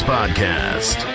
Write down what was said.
Podcast